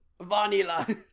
Vanilla